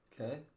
Okay